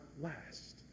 last